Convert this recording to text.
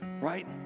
right